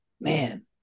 Man